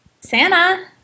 Santa